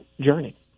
journey